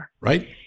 Right